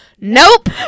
nope